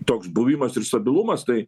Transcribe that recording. toks buvimas ir stabilumas tai